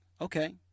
okay